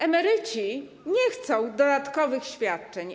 Emeryci nie chcą dodatkowych świadczeń.